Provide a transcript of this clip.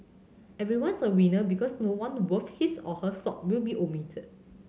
everyone's a winner because no one worth his or her salt will be omitted